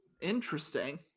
Interesting